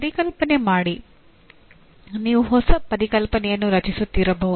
ಪರಿಕಲ್ಪನೆ ಮಾಡಿ ನೀವು ಹೊಸ ಪರಿಕಲ್ಪನೆಯನ್ನು ರಚಿಸುತ್ತಿರಬಹುದು